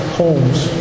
homes